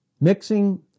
Mixing